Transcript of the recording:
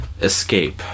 escape